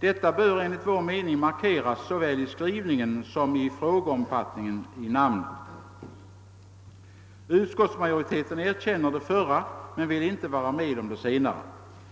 Detta bör enligt vår mening markeras såväl i skrivningen om frågeomfattningen som i namnet på vederbörande utskott. Konstitutionsutskottets majoritet erkänner det förra men vill inte vara med om det senare.